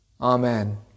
Amen